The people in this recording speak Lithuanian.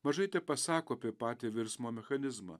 mažai tepasako apie patį virsmo mechanizmą